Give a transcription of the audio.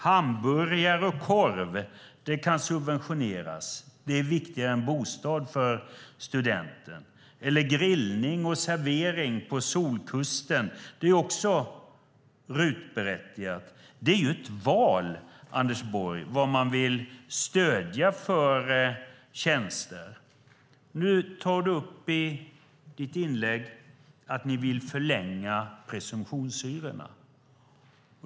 Hamburgare och korv kan subventioneras - det är viktigare än en bostad för studenten. Grillning och servering på solkusten är också RUT-berättigat. Det är, Anders Borg, ett val vilka tjänster man vill stödja. I ditt inlägg tar du upp att ni vill förlänga presumtionshyrorna.